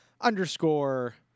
underscore